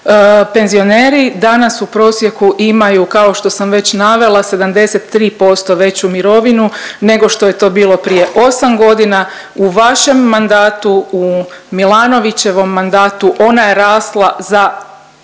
penzioneri danas u prosjeku imaju kao što sam već navela 73% veću mirovinu nego što je to bilo prije osam godina u vašem mandatu u Milanovićem mandatu ona je rasla za